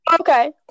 okay